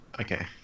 Okay